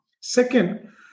Second